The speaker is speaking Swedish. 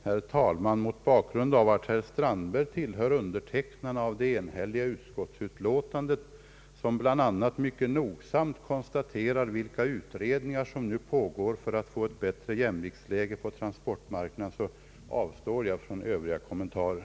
Herr talman! Mot bakgrund av att herr Strandberg tillhör undertecknarna av det enhälliga utskottsutlåtandet, som bl.a. mycket nogsamt konstaterar vilka utredningar som nu pågår för att få ett bättre jämviktsläge på transportmarknaden, avstår jag från övriga kommentarer.